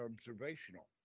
observational